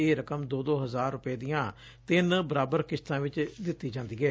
ਇਹ ਰਕਮ ਦੋ ਦੋ ਹਜ਼ਾਰ ਰੁਪੈ ਦੀਆਂ ਤਿੰਨ ਬਰਾਬਰ ਕਿਸ਼ਤਾਂ ਵਿਚ ਦਿੱਤੀ ਜਾਂਦੀ ਏ